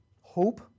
Hope